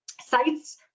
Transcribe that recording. Sites